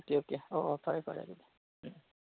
okay okay ꯑꯣ ꯑꯣ ꯐꯔꯦ ꯐꯔꯦ ꯑꯗꯨꯗꯤ ꯎꯝ